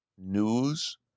news